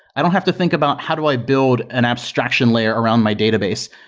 i don't have to think about how do i build an abstraction layer around my database.